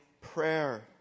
prayer